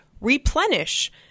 replenish